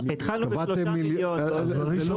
זה לא